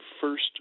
first